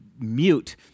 mute